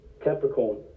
Capricorn